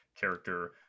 character